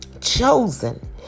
chosen